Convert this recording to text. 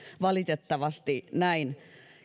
valitettavasti näin